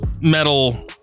metal